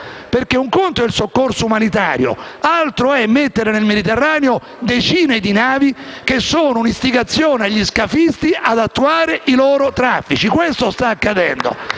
Un conto è il soccorso umanitario, un altro conto è mettere nel Mediterraneo decine di navi che sono un'istigazione agli scafisti ad attuare i loro traffici: questo sta accadendo.